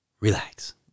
Relax